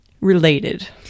related